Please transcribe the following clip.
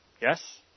Yes